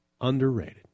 underrated